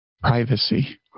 privacy